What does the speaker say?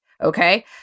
Okay